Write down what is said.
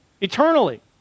eternally